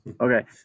okay